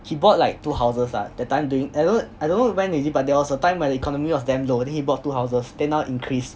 he bought like two houses lah that time during I don't know I don't know when already but there was a time when economy was damn low then he bought two houses then now increase